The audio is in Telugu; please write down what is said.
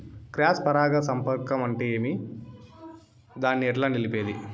క్రాస్ పరాగ సంపర్కం అంటే ఏమి? దాన్ని ఎట్లా నిలిపేది?